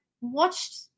watched